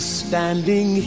standing